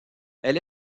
elle